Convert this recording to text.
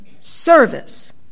service